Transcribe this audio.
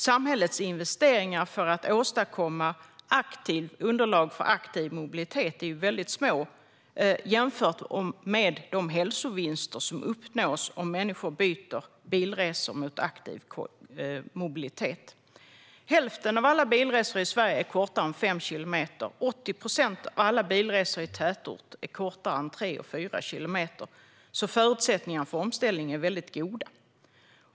Samhällets investeringar för att åstadkomma underlag för aktiv mobilitet är väldigt små i förhållande till de hälsovinster som uppnås. Hälften av alla bilresor i Sverige är kortare än fem kilometer. 80 procent av alla bilresor i tätort är kortare än tre eller fyra kilometer. Förutsättningarna för omställning är alltså goda.